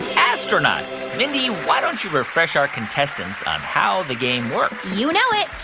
astronauts. mindy, why don't you refresh our contestants on how the game works? you know it.